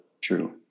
true